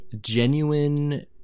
genuine